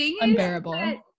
unbearable